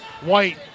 white